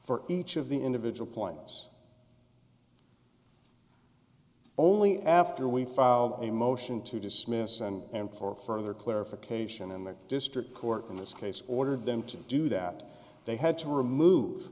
for each of the individual points only after we filed a motion to dismiss and for further clarification in the district court in this case ordered them to do that they had to remove